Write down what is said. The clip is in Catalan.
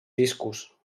discos